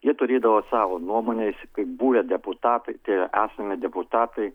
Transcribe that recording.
jie turėdavo savo nuomonę kaip buvę deputatai tai yra esami deputatai